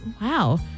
Wow